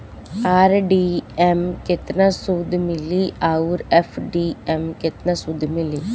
RD मे केतना सूद मिली आउर एफ.डी मे केतना सूद मिली?